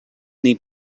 need